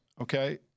okay